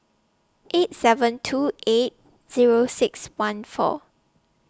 eight seven two eight Zero six one four